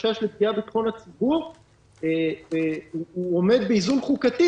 החשש לפגיעה בביטחון הציבור הוא עומד באיזון חוקתי